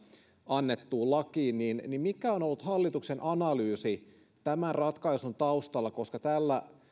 annettuun lakiin niin niin mikä on ollut hallituksen analyysi tämän ratkaisun taustalla koska tällä